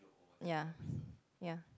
ya ya